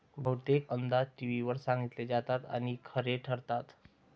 बहुतेक अंदाज टीव्हीवर सांगितले जातात आणि खरे ठरतात